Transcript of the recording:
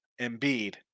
Embiid